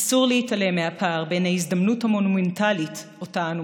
אסור להתעלם מהפער בין ההזדמנות המונומנטלית שאותה אנו